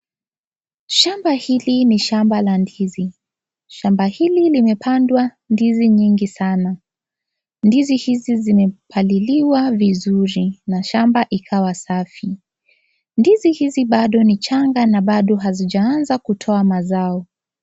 Shamba hili ni shamba la ndizi. Shamba hili limepandwa ndizi nyingi sana. Ndizi hizi zimepaliliwa vizuri na shamba ikawa safi. Ndizi hizi bado ni changa na bado hazijaanza kutoa mazao.